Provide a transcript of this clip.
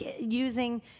using